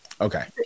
Okay